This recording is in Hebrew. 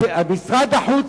משרד החוץ,